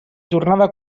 jornada